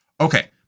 Okay